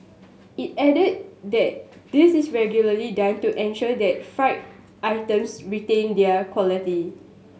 it added that this is regularly done to ensure that fried items retain their quality